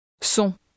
Son